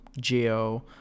Geo